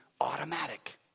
automatic